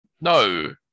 No